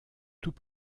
tout